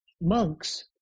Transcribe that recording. monks